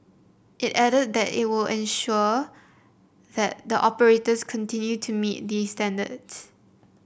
it added that it will ensure that the operators continue to meet these standards